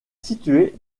située